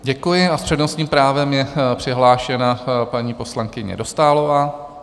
Děkuji a s přednostním právem je přihlášena paní poslankyně Dostálová.